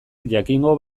jakingo